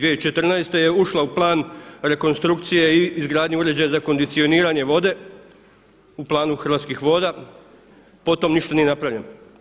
2014. je ušla u plan rekonstrukcije i izgradnje uređaja za kondicioniranje vode u planu Hrvatskih voda, potom ništa nije napravljeno.